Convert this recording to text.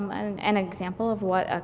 um and an an example of what